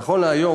נכון להיום,